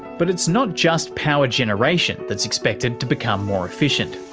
but it's not just power generation that's expected to become more efficient.